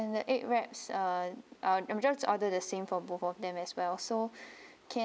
and the egg wraps uh I'm I'll just order the same for both of them as well so can